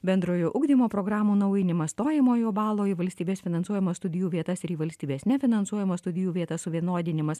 bendrojo ugdymo programų naujinimas stojamojo balo į valstybės finansuojamas studijų vietas ir į valstybės nefinansuojamas studijų vietas suvienodinimas